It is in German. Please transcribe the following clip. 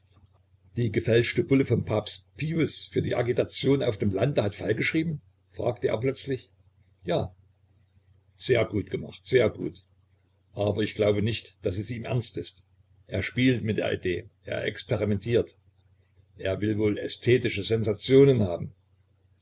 die gefälschte bulle vom papst pius für die agitation auf dem lande hat falk geschrieben fragte er plötzlich ja sehr gut gemacht sehr gut aber ich glaube nicht daß es ihm ernst ist er spielt mit der idee er experimentiert er will wohl ästhetische sensationen haben